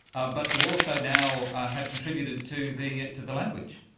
ah but to also now have contributed to the to the language.